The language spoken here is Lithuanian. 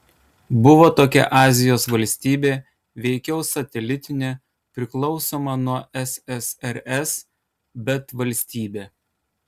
buvo tokia azijos valstybė veikiau satelitinė priklausoma nuo ssrs bet valstybė